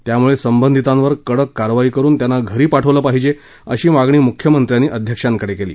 त्यामुळे संबंधितांवर कडक कारवाई करुन त्यांना घरी पाठवलं पाहिजे अशी मागणी मुख्यमंत्र्यांनी अध्यक्षांकडे केली